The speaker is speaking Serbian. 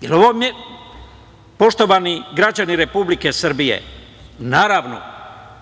završen citat. Poštovani građani Republike Srbije, naravno